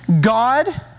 God